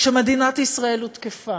כשמדינת ישראל הותקפה,